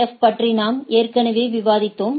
ஃப் பற்றி நாம் ஏற்கனவே விவாதித்தோம்